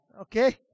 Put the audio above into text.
okay